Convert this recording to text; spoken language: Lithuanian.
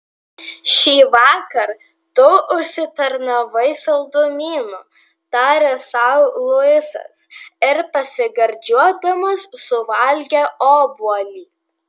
šįvakar tu užsitarnavai saldumynų tarė sau luisas ir pasigardžiuodamas suvalgė obuolį